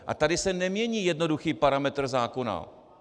A tady se nemění jednoduchý parametr zákona.